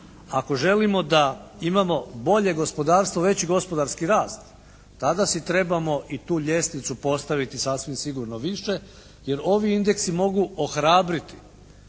ako želimo da imamo bolje gospodarstvo, veći gospodarski rast, tada si trebamo i tu ljestvicu postaviti sasvim sigurno više jer ovi indeksi mogu ohrabriti